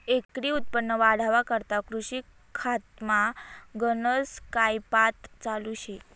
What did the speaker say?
एकरी उत्पन्न वाढावा करता कृषी खातामा गनज कायपात चालू शे